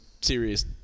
serious